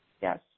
yes